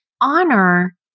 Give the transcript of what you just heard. honor